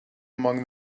along